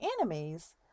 enemies